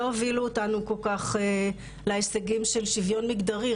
לא הובילו אותנו כל-כך להישגים של שוויון מגדרי.